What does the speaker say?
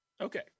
Okay